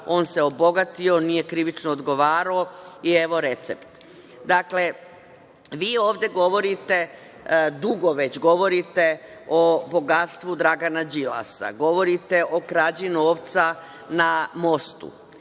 on se obogatio, nije krivično odgovarao i evo recept. Dakle, vi ovde govorite, dugo već govorite o bogatstvu Dragana Đilasa, govorite o krađi novca na mostu.